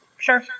Sure